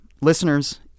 listeners